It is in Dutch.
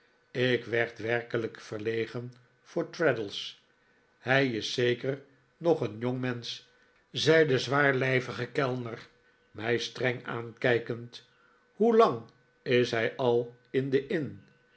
ik werd werkelijk verlegen voor traddles hij is zeker nog een jongmensch zei de zwaarlijvige kellner mij streng aankijkend hoelang is hij al in de inn